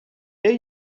there